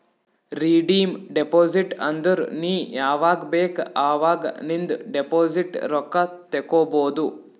redeem deposit ಅಂದುರ್ ನೀ ಯಾವಾಗ್ ಬೇಕ್ ಅವಾಗ್ ನಿಂದ್ ಡೆಪೋಸಿಟ್ ರೊಕ್ಕಾ ತೇಕೊಬೋದು